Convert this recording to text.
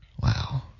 Wow